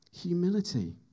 Humility